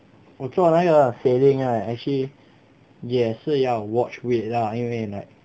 我做那个 sailing right actually 也是要 watch weight lah 因为 like